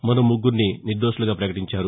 మరో ముగ్గరిని నిర్దోషులుగా ప్రకటించారు